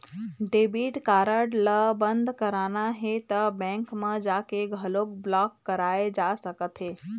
debit card ल बंद कराना हे त बेंक म जाके घलोक ब्लॉक कराए जा सकत हे